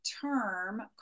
term